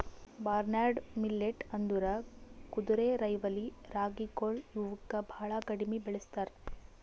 barnyard millet ಅಂದುರ್ ಕುದುರೆರೈವಲಿ ರಾಗಿಗೊಳ್ ಇವುಕ್ ಭಾಳ ಕಡಿಮಿ ಬೆಳುಸ್ತಾರ್